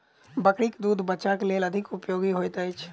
बकरीक दूध बच्चाक लेल अधिक उपयोगी होइत अछि